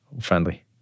friendly